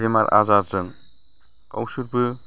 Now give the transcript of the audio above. बेमार आजारजों गावसोरबो